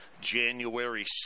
January